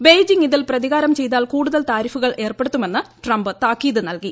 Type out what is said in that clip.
Beijing ഇതിൽ പ്രതികാരം ചെയ്താൽ കൂടുതൽ താരിഫുകൾ ഏർപ്പെടുത്തുമെന്ന് ട്രംപ് താക്കീത് നൽകി